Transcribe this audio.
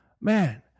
man